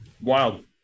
wild